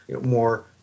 more